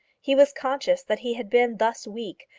he was conscious that he had been thus weak,